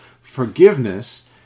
forgiveness